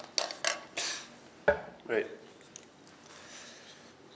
right